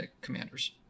commanders